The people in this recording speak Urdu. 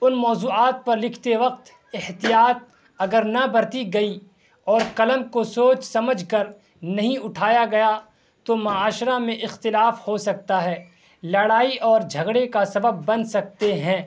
ان موضوعات پر لکھتے وقت احتیاط اگر نہ برتی گئی اور قلم کو سوچ سمجھ کر نہیں اٹھایا گیا تو معاشرہ میں اختلاف ہو سکتا ہے لڑائی اور جھگڑے کا سبب بن سکتے ہیں